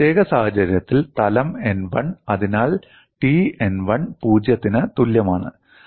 ഈ പ്രത്യേക സാഹചര്യത്തിൽ തലം n1 അതിനാൽ T n1 0 ന് തുല്യമാണ്